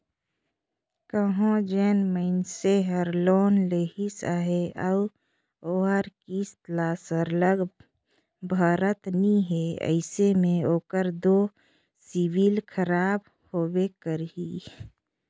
कहों जेन मइनसे हर लोन लेहिस अहे अउ ओहर किस्त ल सरलग भरत नी हे अइसे में ओकर दो सिविल खराब होबे करही